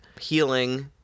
healing